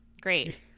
Great